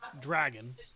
dragon